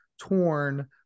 torn